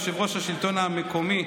יושב-ראש השלטון המקומי,